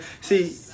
See